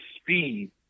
speed